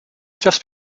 just